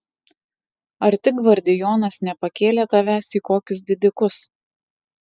ar tik gvardijonas nepakėlė tavęs į kokius didikus